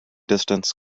distance